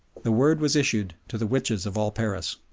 the word was issued to the witches of all paris